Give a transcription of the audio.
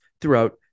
throughout